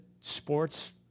sports